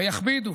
ויכבידו